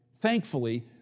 thankfully